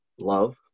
love